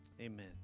amen